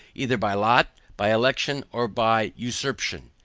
either by lot, by election, or by usurpation.